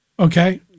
Okay